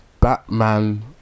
batman